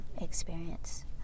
experience